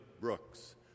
Brooks